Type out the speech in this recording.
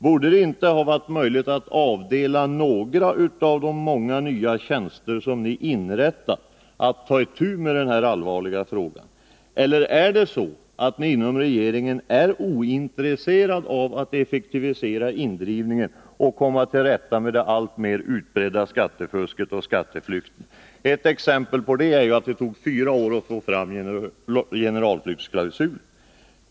Borde det inte ha varit möjligt att avdela några av dem som tillträtt någon av de många nya tjänster ni inrättat i kanslihuset för att ta itu med denna allvarliga fråga? Eller är det så att ni inom regeringen är ointresserade av att effektivisera indrivningen och komma till rätta med det alltmer utbredda skattefusket och med den tilltagande skatteflykten? På annat sätt kan man ju inte förklara att det tog fyra år för att få fram generalflyktsklausulen.